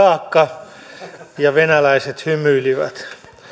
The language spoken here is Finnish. saakka ja venäläiset hymyilivät